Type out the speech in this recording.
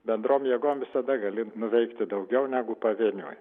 bendrom jėgom visada gali nuveikti daugiau negu pavieniui